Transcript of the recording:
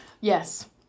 Yes